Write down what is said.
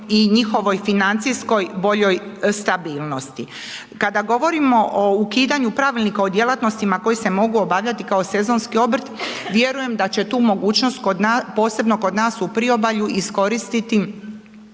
i njihovoj financijskoj boljoj stabilnosti. Kada govorimo o ukidanju Pravilnika o djelatnostima koje se mogu obavljati kao sezonski obrt, vjerujem da će tu mogućnost posebno kod nas u Priobalju iskoristiti